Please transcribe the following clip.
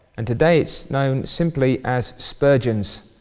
and today it's known simply as spurgeon's,